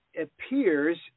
appears